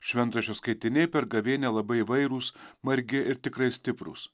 šventraščio skaitiniai per gavėnią labai įvairūs margi ir tikrai stiprūs